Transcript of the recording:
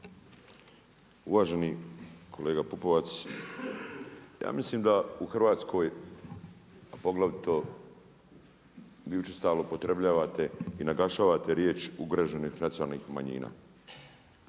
Uvaženi kolega Pupovac. Ja mislim da u Hrvatskoj a poglavito gdje učestalo upotrebljavate i naglašavate riječ ugroženih nacionalnih manjina.